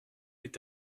est